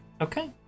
Okay